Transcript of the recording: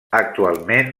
actualment